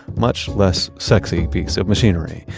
much less sexy piece of machinery,